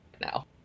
now